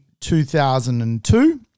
2002